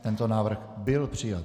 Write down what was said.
Tento návrh byl přijat.